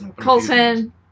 Colton